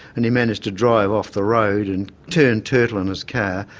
and he managed to drive off the road and turn turtle in his car.